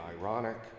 ironic